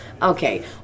Okay